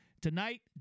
tonight